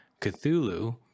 Cthulhu